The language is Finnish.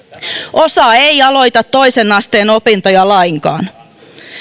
osa ei aloita toisen asteen opintoja lainkaan